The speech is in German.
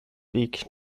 weg